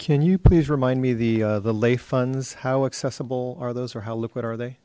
can you please remind me the the lay funds how accessible are those or how look what are they